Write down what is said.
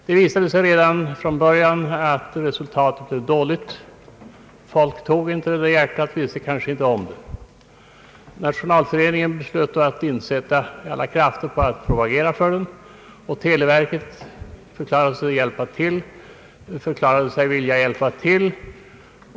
Det visade sig redan från början att resultatet av försäljningen av den sär skilda blanketten blev dåligt. Folk tog inte blanketten med hjärtat — visste kanske inte om den. Nationalföreningen beslöt då att sätta till alla krafter för att propagera för blanketten, och televerket förklarade sig villigt att hjälpa till.